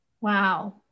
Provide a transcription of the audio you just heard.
Wow